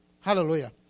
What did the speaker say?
Hallelujah